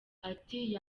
ati